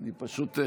אדוני היושב-ראש,